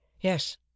Yes